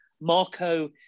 Marco